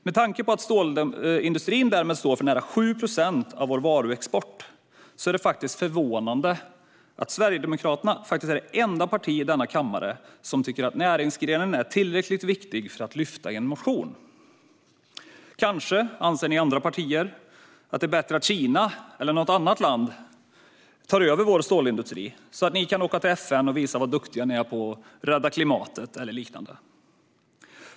Med tanke på att stålindustrin står för nära 7 procent av vår varuexport är det förvånande att Sverigedemokraterna är det enda parti i kammaren som tycker att näringsgrenen är tillräckligt viktig för att lyfta fram i en motion. Kanske anser ni andra partier att det är bättre att Kina eller något annat land tar över vår stålindustri så att ni kan åka till FN och visa hur duktiga ni är på att rädda klimatet eller liknande.